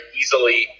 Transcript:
easily